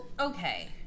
okay